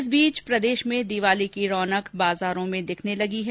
इस बीच प्रदेश में दीवाली की रौनक बाज़ारों में दिखने लगी है